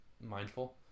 mindful